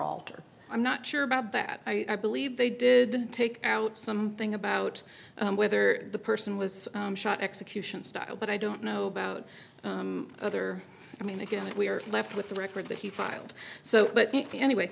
alter i'm not sure about that i believe they did take out some thing about whether the person was shot execution style but i don't know about other i mean again we are left with the record that he filed so but anyway